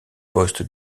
postes